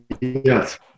yes